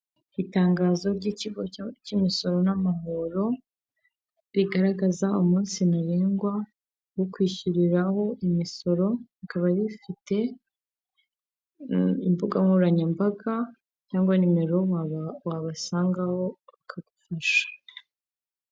Itangazo ry'ikigo cy'imisoro n'amahoro rigaragaza umunsi ntarengwa wo kwishyuriraho imisoro rikaba rifite imbuga nkoranyambaga cyangwa nimeronko waba wabasangaho bakagufasha.